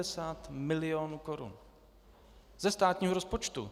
Sedmesát milionů korun ze státního rozpočtu!